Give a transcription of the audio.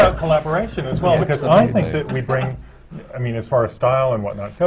ah collaboration as well, because i think that we bring i mean as far as style and whatnot,